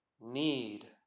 need